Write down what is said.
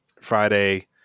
Friday